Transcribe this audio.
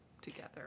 together